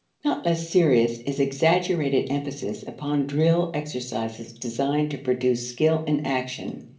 not less serious is exaggerated emphasis upon drill exercises designed to produce skill in action,